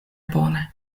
bone